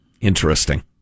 Interesting